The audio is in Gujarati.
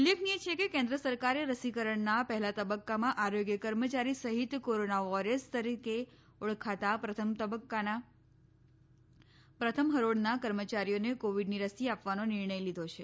ઉલ્લેખનીય છે કે કેન્દ્ર સરકારે રસીકરણના પહેલા તબક્કામાં આરોગ્ય કર્મચારી સહિત કોરોના વોરિયર્સ તરીકે ઓળખાતા પ્રથમ હરોળના કર્મચારીઓને કોવિડની રસી આપવાનો નિર્ણય લીધો છે